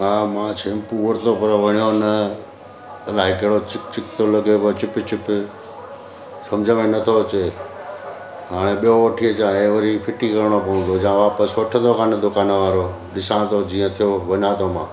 हा मां शैम्पू वरितो पर वणियो न अलाए कहिड़ो चिप चिप थो लॻेव चिप चिप सम्झ में नथो अचे हाणे ॿियो वठी अचां हे वरी फिटी करिणो पवंदो या वापसि वठंदो कान दुकानु वारो ॾिसां थो जीअं थियो वञां थो मां